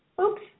oops